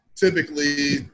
Typically